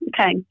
Okay